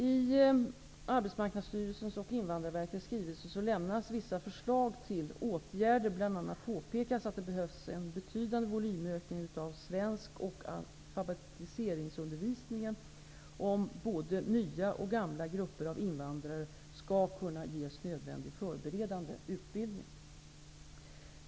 I Arbetsmarknadsstyrelsens och Invandrarverkets skrivelse lämnas vissa förslag till åtgärder; bl.a. påpekas att det behövs en betydande volymökning av svensk och alfabetiseringsundervisningen om både nya och ''gamla'' grupper av invandrare skall kunna ges nödvändig förberedande utbildning.